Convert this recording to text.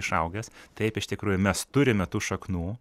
išaugęs taip iš tikrųjų mes turime tų šaknų